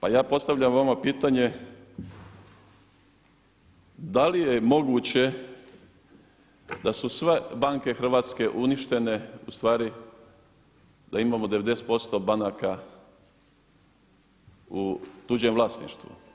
A ja postavljam vama pitanje da li je moguće da su sve banke Hrvatske uništene ustvari da imamo 90% banaka u tuđem vlasništvu?